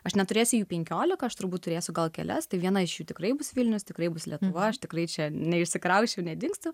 aš neturėsiu jų penkiolika aš turbūt turėsiu gal kelias tai viena iš jų tikrai bus vilnius tikrai bus lietuva aš tikrai čia neišsikrausčiau nedingstu